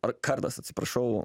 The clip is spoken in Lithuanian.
ar kardas atsiprašau